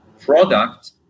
product